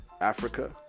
Africa